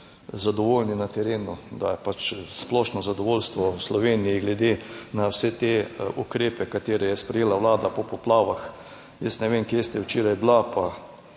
zadovoljni na terenu, da je pač splošno zadovoljstvo v Sloveniji glede na vse te ukrepe katere je sprejela Vlada po poplavah. Jaz ne vem, kje ste včeraj bila, pa